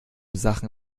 sachen